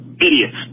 idiots